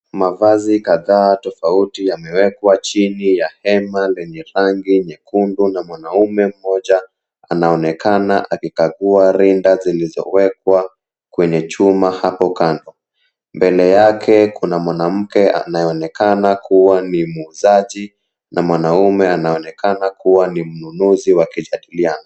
Mavazi kadhaa tofauti yamewekwa chini ya hema lenye rangi nyekundu na mwanaume mmoja anaonekana akikagua rinda zilizowekwa kwenye chuma hapo kando. Mbele yake kuna mwanamke anayeonekana kuwa ni muuzaji na mwanaume anaonekana kuwa ni mnunuzi wakijadiliana.